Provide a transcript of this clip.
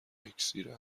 اکسیر